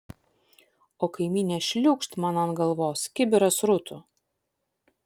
o kaimynė šliūkšt man ant galvos kibirą srutų